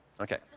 Okay